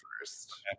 first